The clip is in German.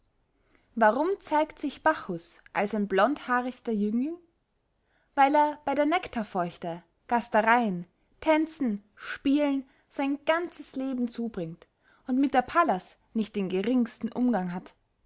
warum zeigt sich bacchus als ein blondhaarichter jüngling weil er bey der nectarfeuchte gastereyen tänzen spielen sein ganzes leben zubringt und mit der pallas nicht den geringsten umgang hat